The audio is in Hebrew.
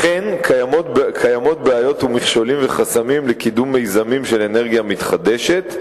אכן קיימים בעיות ומכשולים וחסמים לקידום מיזמים של אנרגיה מתחדשת.